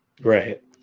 Right